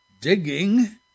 digging